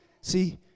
See